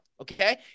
Okay